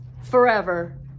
forever